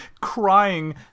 crying